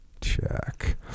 Check